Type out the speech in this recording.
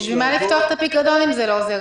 אז בשביל מה לפתוח את הפיקדון, אם זה לא עוזר להם?